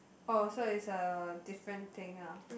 oh so it's a different thing ah